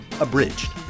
abridged